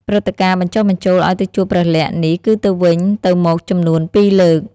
ព្រឹត្តិការណ៍បញ្ចុះបញ្ចូលឱ្យទៅជួបព្រះលក្សណ៍នេះគឺទៅវិញទៅមកចំនួន ពីរលើក។